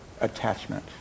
attachment